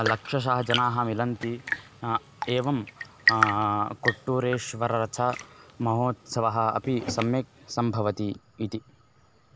लक्षशः जनाः मिलन्ति एवं कुट्टूरेश्वररथमहोत्सवः अपि सम्यक् सम्भवति इति